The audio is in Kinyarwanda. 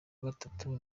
gatatu